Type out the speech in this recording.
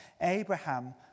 Abraham